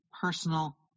personal